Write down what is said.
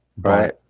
right